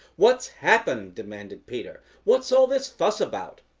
what's happened? demanded peter. what's all this fuss about?